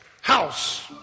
house